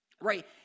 right